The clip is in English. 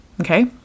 okay